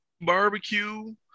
barbecue